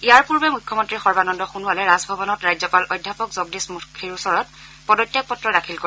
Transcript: ইয়াৰ পূৰ্বে মুখ্যমন্ত্ৰী সৰ্বানন্দ সোণোৱালে ৰাজভৱনত ৰাজ্যপাল অধ্যাপক জগদীশ মুখীৰ ওচৰত পদত্যাগ পত্ৰ দাখিল কৰে